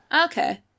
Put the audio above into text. Okay